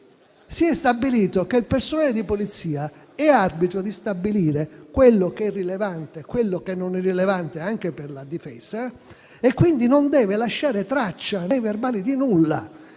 Si è stabilito che il personale di polizia è arbitro di stabilire quello che è rilevante e quello che non lo è anche per la difesa e, quindi, non deve lasciare traccia nei verbali di nulla.